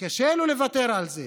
קשה לו לוותר על זה,